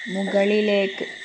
മുകളിലേക്ക്